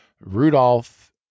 Rudolph